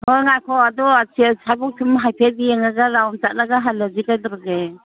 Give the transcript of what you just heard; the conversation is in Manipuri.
ꯑꯣ ꯉꯥꯏꯈꯣ ꯑꯗꯣ ꯁꯦ ꯑꯁꯥꯏꯕꯣꯛ ꯁꯨꯝ ꯍꯥꯏꯐꯦꯠ ꯌꯦꯡꯉꯒ ꯔꯥꯎꯟ ꯆꯠꯂꯒ ꯍꯜꯂꯁꯤ ꯀꯩꯗꯧꯔꯒꯦ